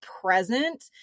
present